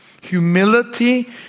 humility